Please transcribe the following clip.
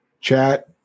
chat